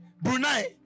Brunei